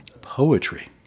Poetry